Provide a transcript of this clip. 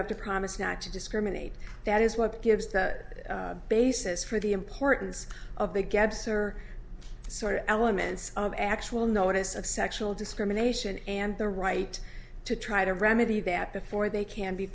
have to promise not to discriminate that is what gives the basis for the importance of the gaps are sort of elements of actual notice of sexual discrimination and the right to try to remedy that before they can be